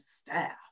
staff